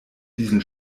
diesen